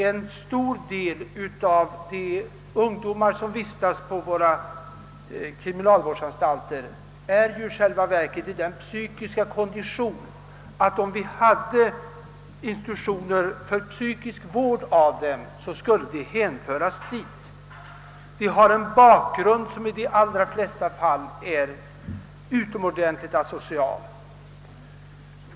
En stor del av de ungdomar som vistas på våra kriminalvårdsanstalter är i själva verket i den psykiska kondition att de, om vi hade institutioner för psykisk vård av dem, skulle hänföras dit. De har en bakgrund som i de flesta fall är utomordentligt asocial.